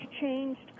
changed